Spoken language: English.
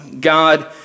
God